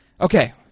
Okay